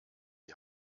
die